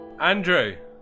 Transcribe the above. Andrew